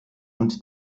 und